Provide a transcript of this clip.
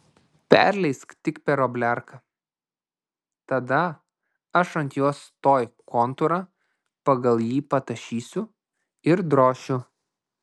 perleisk tik per obliarką tada aš ant jos tuoj kontūrą ir pagal jį patašysiu ir drošiu